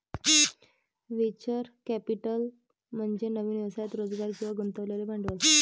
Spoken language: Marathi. व्हेंचर कॅपिटल म्हणजे नवीन व्यवसायात रोजगार किंवा गुंतवलेले भांडवल